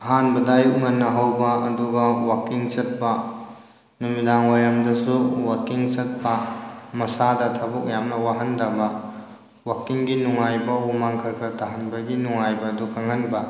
ꯑꯍꯥꯟꯕꯗ ꯑꯌꯨꯛ ꯉꯟꯅ ꯍꯧꯕ ꯑꯗꯨꯒ ꯋꯥꯛꯀꯤꯡ ꯆꯠꯄ ꯅꯨꯃꯤꯗꯥꯡꯋꯥꯏꯔꯝꯗꯁꯨ ꯋꯥꯛꯀꯤꯡ ꯆꯠꯄ ꯃꯁꯥꯗ ꯊꯕꯛ ꯌꯥꯝꯅ ꯋꯥꯍꯟꯗꯕ ꯋꯥꯛꯀꯤꯡꯒꯤ ꯅꯨꯡꯉꯥꯏꯕ ꯍꯨꯃꯥꯡ ꯈꯔ ꯈꯔ ꯇꯥꯍꯟꯕꯒꯤ ꯅꯨꯡꯉꯥꯏꯕ ꯑꯗꯨ ꯈꯪꯍꯟꯕ